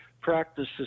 practices